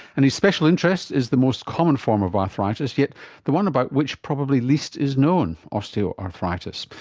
and his special interest is the most common form of arthritis, yet the one about which probably least is known osteoarthritis.